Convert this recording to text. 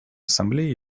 ассамблеи